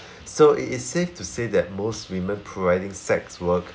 so it is safe to say that most women providing sex work